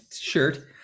shirt